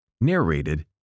Narrated